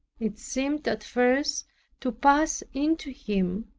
it seemed at first to pass into him.